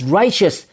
righteous